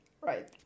right